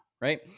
right